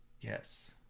yes